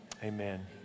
Amen